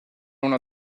una